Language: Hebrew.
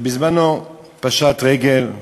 שבזמנו פשט רגל.